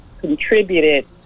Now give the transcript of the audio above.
contributed